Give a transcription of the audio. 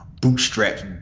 bootstraps